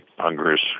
Congress